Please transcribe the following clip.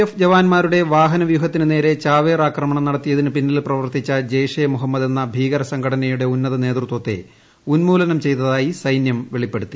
F ജവാന്മാരുടെ വാർഗ്ഗനവ്യൂഹത്തിന് നേരെ ചാവേർ ആക്രമണം നടത്തിയതിന് പ്പിന്നീൽ പ്രവർത്തിച്ച ജെയ്ഷെ മൊഹമ്മദ് എന്ന ഭീകര സംഘടനിയുട്ടെ ഉന്നത നേതൃത്വത്തെ ഉന്മൂലനം ചെയ്തതായി സൈന്യൂട് പ്പെളിപ്പെടുത്തി